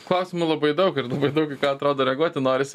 klausimų labai daug ir labai daug į ką atrodo reaguoti norisi bet